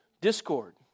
discord